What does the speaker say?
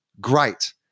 great